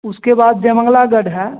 उसके बाद जयमंगलागढ़ है